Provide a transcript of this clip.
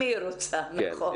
אם היא רוצה, נכון.